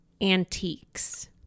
antiques